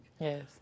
Yes